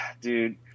dude